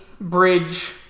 bridge